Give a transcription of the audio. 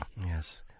Yes